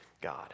God